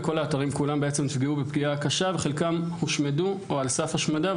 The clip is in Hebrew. אבל כל האתרים כולם נפגעו במידה קשה וחלקם הושמדו או על סף השמדה,